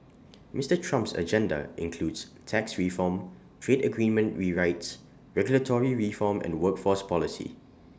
Mister Trump's agenda includes tax reform trade agreement rewrites regulatory reform and workforce policy